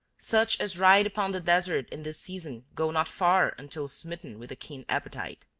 such as ride upon the desert in this season go not far until smitten with a keen appetite.